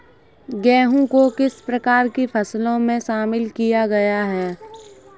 गेहूँ को किस प्रकार की फसलों में शामिल किया गया है?